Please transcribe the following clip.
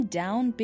down